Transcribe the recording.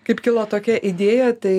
kaip kilo tokia idėja tai